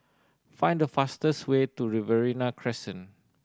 find the fastest way to Riverina Crescent